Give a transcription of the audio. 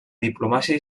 diplomàcia